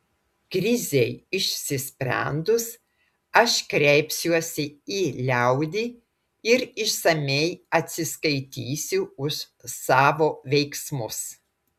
krizei išsisprendus aš kreipsiuosi į liaudį ir išsamiai atsiskaitysiu už savo veiksmus